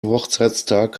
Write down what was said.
hochzeitstag